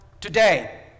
today